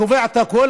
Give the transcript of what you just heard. קובע את הכול,